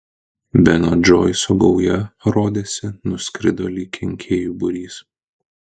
beno džoiso gauja rodėsi nuskrido lyg kenkėjų būrys